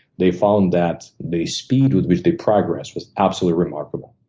they found that the speed with which they progressed was absolutely remarkable.